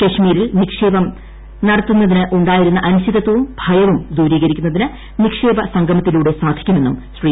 കശ്മീരിൽ നിക്ഷേപം നടത്തുന്നതിന് ഉണ്ട്ടായിരുന്ന അനിശ്ചിതത്വും ഭയവും ദൂരീകരിക്കുന്നതിന് നിക്ഷേപ് സ്റ്റ്ഗമത്തിലൂടെ സാധിക്കുമെന്നും ശ്രീ